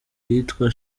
iyitwa